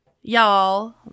y'all